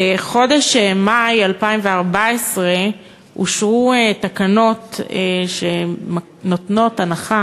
בחודש מאי 2014 אושרו תקנות בדבר הנחה